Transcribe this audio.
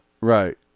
Right